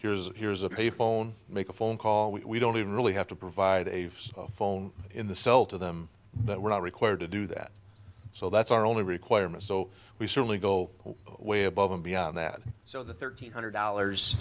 here's here's a payphone make a phone call we don't really have to provide a phone in the cell to them but we're not required to do that so that's our only requirement so we certainly go way above and beyond that so the thirteen hundred dollars